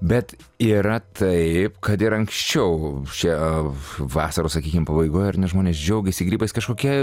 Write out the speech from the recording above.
bet yra taip kad ir anksčiau šią vasaros sakykim pabaigoje ar ne žmonės džiaugiasi grybais kažkokia